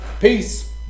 Peace